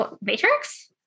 Matrix